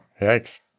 yikes